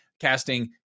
Casting